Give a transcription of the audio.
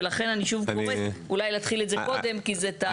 ולכן, אני קוראת להתחיל את זה קודם כי זה תהליך.